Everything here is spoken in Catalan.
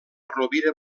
rovira